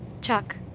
Chuck